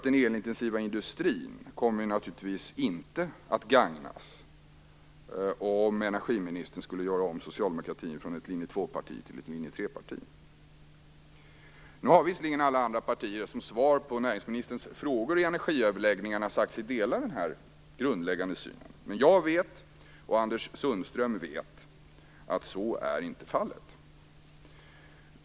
Den elintensiva industrin kommer naturligtvis inte att gagnas om energiministern skulle göra om Socialdemokraterna från ett linje 2-parti till ett linje 3-parti. Visserligen har alla andra partier, som svar på näringsministerns frågor i energiöverläggningarna, sagt sig dela den här grundläggande synen. Men jag vet, och Anders Sundström vet, att så inte är fallet.